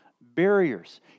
barriers